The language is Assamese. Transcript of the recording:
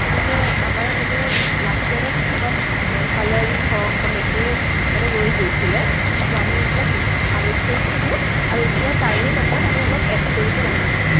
তো মানে আমাৰ মানে লাষ্ট ইয়াৰৰ কিছুমান কালাৰিং হওক বা মেটেৰিয়েলছ মানে ৰৈ গৈছিলে তো আমি এইবিলাক আমি থৈ দিছোঁ আৰু এতিয়া তাৰে লগত আৰু অলপ এড কৰিব লাগিব